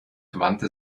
wandte